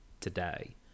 today